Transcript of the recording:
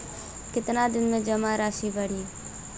कितना दिन में जमा राशि बढ़ी?